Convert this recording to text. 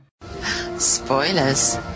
spoilers